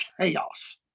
chaos